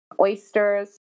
oysters